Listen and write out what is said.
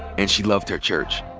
and she loved her church.